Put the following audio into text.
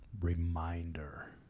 reminder